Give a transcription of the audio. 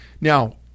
Now